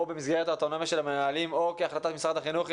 או במסגרת האוטונומיה של המנהלים או כהחלטת משרד החינוך,